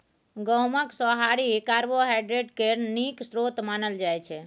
गहुँमक सोहारी कार्बोहाइड्रेट केर नीक स्रोत मानल जाइ छै